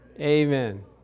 Amen